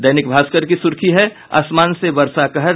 दैनिक भास्कर की सुर्खी है आसमान से बरसा कहर